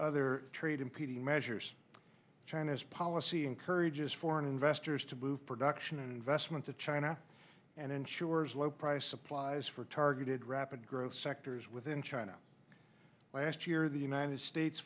other trade impeding measures china's policy encourages foreign investors to move production and investment to china and ensures low price supplies for targeted rapid growth sectors within china last year the united states